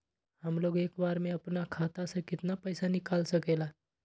हमलोग एक बार में अपना खाता से केतना पैसा निकाल सकेला?